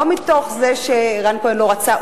לא מתוך זה שרן כהן לא רצה,